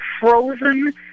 frozen